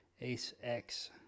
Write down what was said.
Ace-X